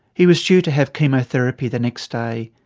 he was due to have chemotherapy the next day.